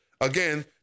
Again